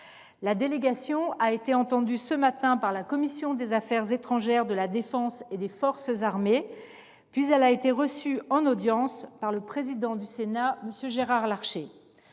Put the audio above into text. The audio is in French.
La délégation a été entendue ce matin par la commission des affaires étrangères, de la défense et des forces armées, puis elle a été reçue en audience par le président du Sénat, Gérard Larcher.